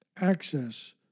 access